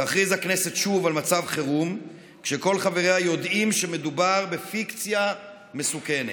תכריז הכנסת שוב על מצב חירום כשכל חבריה יודעים שמדובר בפיקציה מסוכנת.